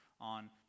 on